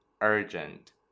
urgent